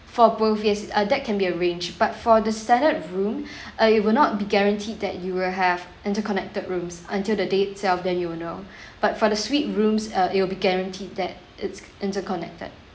for both yes that can be arranged but for the standard room uh it will not be guaranteed that you will have interconnected rooms until the day itself then you will know but for the suite rooms uh it will be guaranteed that it's interconnected